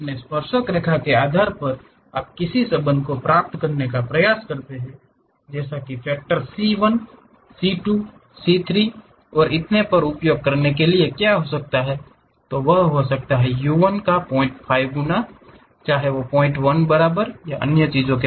अपने स्पर्शरेखा के आधार पर आप किसी संबंध को प्राप्त करने का प्रयास करते हैं जिसका फेकटर सी1 सी 2 सी 3 और इतने पर उपयोग करने के लिए क्या हो सकता है चाहे वह u 1 का 05 गुना हो चाहे 01 बार या अन्य चीजों का